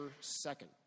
second